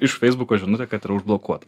iš feisbuko žinutė kad yra užblokuota